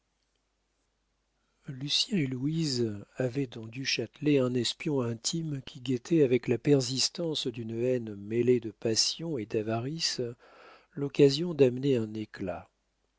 lucien et louise avaient dans du châtelet un espion intime qui guettait avec la persistance d'une haine mêlée de passion et d'avarice l'occasion d'amener un éclat